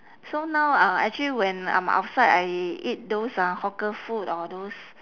so now uh actually when I'm outside I eat those uh hawker food or those